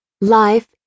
Life